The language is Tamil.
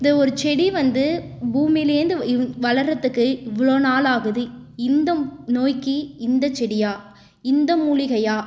இந்த ஒரு செடி வந்து பூமியிலேருந்து வ இது வளர்றதுக்கு இவ்வளோ நாள் ஆகுது இந்த நோய்க்கு இந்த செடியாக இந்த மூலிகையாக